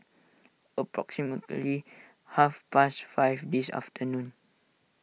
approximately half past five this afternoon